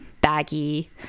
baggy